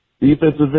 defensive